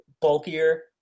bulkier